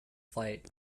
flight